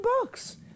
books